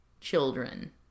children